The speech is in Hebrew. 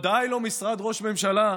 "ודאי לא משרד ראש ממשלה,